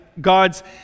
God's